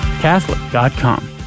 Catholic.com